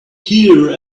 here